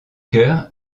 chœur